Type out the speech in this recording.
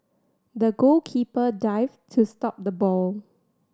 the goalkeeper dived to stop the ball